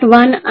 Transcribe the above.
one